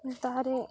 ᱫᱟᱨᱮ